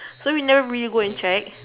so we never really go and check